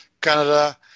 Canada